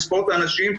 לספור את האנשים,